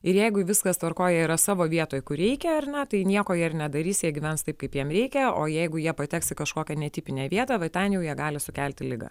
ir jeigu viskas tvarkoj jie yra savo vietoj kur reikia ar ne tai nieko jie ir nedarys jie gyvens taip kaip jiem reikia o jeigu jie pateks į kažkokią netipinę vietą va ten jau jie gali sukelti ligą